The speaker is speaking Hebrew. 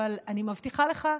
אבל אני מבטיחה לך,